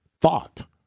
thought